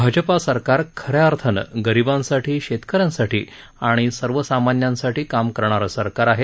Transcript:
भाजपा सरकार खऱ्या अर्थानं गरिबांसाठी शेतकऱ्यांसाठी आणि सर्वसामान्यांसाठी काम करणारं सरकार आहे